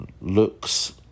looks